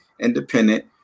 independent